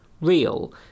real